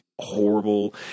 horrible